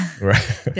Right